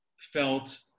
felt